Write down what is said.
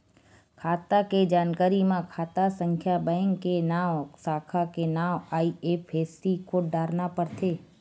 खाता के जानकारी म खाता संख्या, बेंक के नांव, साखा के नांव, आई.एफ.एस.सी कोड डारना परथे